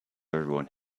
everyone